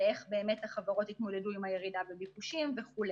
ואיך באמת החברות יתמודדו עם הירידה בביקוש וכו'.